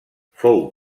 fou